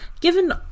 Given